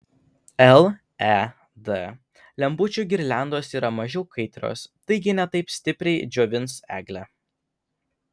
led lempučių girliandos yra mažiau kaitrios taigi ne taip stipriai džiovins eglę